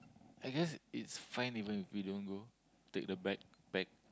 I guess it's fine even if we don't go take the bag back